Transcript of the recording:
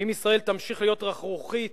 אם ישראל תמשיך להיות רכרוכית